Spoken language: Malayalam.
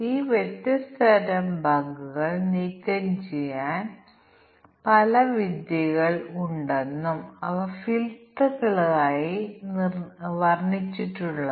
അതിനാൽ ഈ സാഹചര്യത്തിൽ തുല്യത ക്ലാസുകൾ രൂപകൽപ്പന ചെയ്യുന്നത് ബുദ്ധിമുട്ടാണ് ഘടകങ്ങൾ 3 4 ൽ കൂടുതൽ പാരാമീറ്ററുകൾ ആയിരിക്കുമ്പോൾ